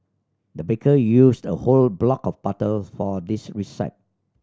the baker used a whole block of butter for this